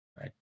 right